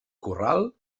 corral